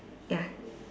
ya